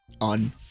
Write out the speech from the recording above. on